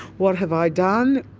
what have i done?